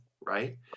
right